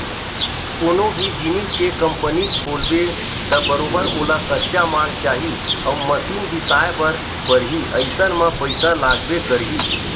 कोनो भी जिनिस के कंपनी खोलबे त बरोबर ओला कच्चा माल चाही अउ मसीन बिसाए बर परही अइसन म पइसा लागबे करही